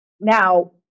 Now